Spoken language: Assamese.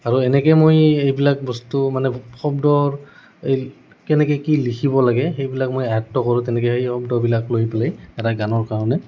আৰু এনেকে মই এইবিলাক বস্তু মানে শব্দৰ এই কেনেকে কি লিখিব লাগে সেইবিলাক মই আয়ত্ব কৰোঁ তেনেকে সেই শব্দবিলাক লৈ পেলাই এটা গানৰ কাৰণে